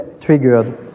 triggered